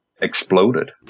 exploded